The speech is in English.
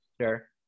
sure